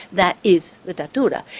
that is the datura.